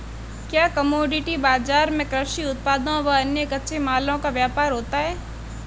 क्या कमोडिटी बाजार में कृषि उत्पादों व अन्य कच्चे मालों का व्यापार होता है?